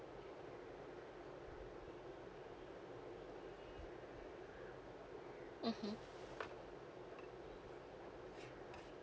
mmhmm